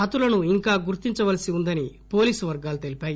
హతులను ఇంకా గుర్తించవలసి ఉందని పోలీసు వర్గాలు తెలిపాయి